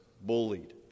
bullied